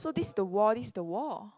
so this the wall this the wall